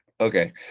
Okay